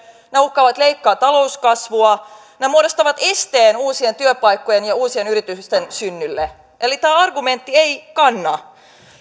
nämä uhkaavat leikata talouskasvua nämä muodostavat esteen uusien työpaikkojen ja uusien yritysten synnylle eli tuo argumentti ei kanna